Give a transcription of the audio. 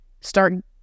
start